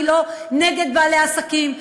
אני לא נגד בעלי עסקים,